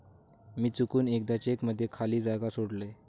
मी चुकून एकदा चेक मध्ये खाली जागा सोडलय